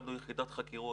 הקמנו יחידת חקירות